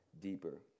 deeper